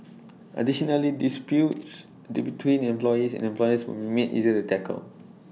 additionally disputes D between employees and employers will be made easier to tackle